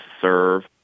serve